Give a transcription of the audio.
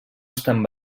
estan